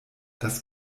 das